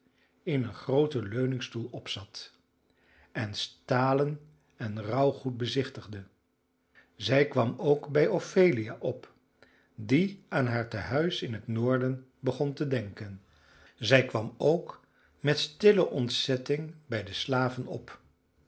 in een grooten leuningstoel opzat en stalen en rouwgoed bezichtigde zij kwam ook bij ophelia op die aan haar tehuis in het noorden begon te denken zij kwam ook met stille ontzetting bij de slaven op